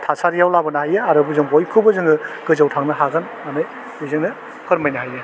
थासारियाव लाबोनो हायो आरो जों बयखौबो जोङो गोजौवाव थांनो हागोन होनानै बिजोंनो फोरमायनो हायो